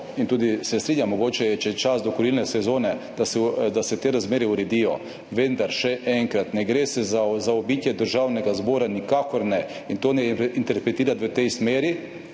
Zato se strinjam, mogoče, če je čas do kurilne sezone, da se te razmere uredijo. Vendar še enkrat, ne gre za zaobidenje Državnega zbora. Nikakor ne. In to ne interpretirati v tej smeri,